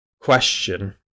question